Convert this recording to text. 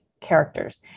characters